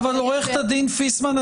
עו"ד פיסמן,